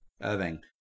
Irving